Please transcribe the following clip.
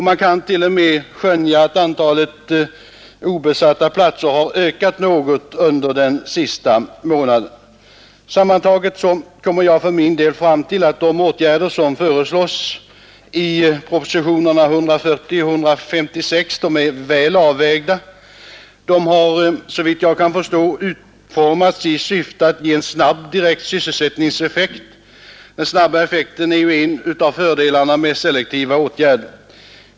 Man kan t.o.m. skönja att antalet obesatta platser har ökat något under den senaste månaden. Sammantaget kommer jag fram till att de åtgärder som föreslås i propositionerna 140 och 156 är väl avvägda. De har såvitt jag kan förstå utformats i syfte att ge en snabb och direkt sysselsättningseffekt. Den snabba effekten är ju en av fördelarna med selektiva åtgärder.